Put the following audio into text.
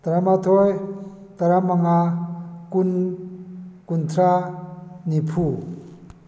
ꯇꯔꯥꯃꯥꯊꯣꯏ ꯇꯔꯥꯃꯉꯥ ꯀꯨꯟ ꯀꯨꯟꯊ꯭ꯔꯥ ꯅꯤꯐꯨ